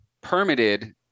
permitted